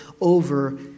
over